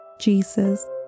Jesus